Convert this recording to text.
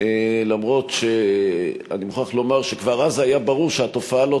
אף שאני מוכרח לומר שכבר אז היה ברור שהתופעה לא